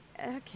Okay